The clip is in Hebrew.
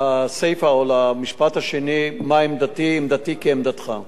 לסיפא או למשפט השני, מה עמדתי, עמדתי כעמדתך.